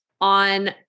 on